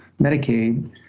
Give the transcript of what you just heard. Medicaid